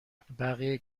بقیه